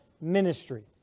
ministry